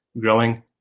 growing